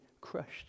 crushed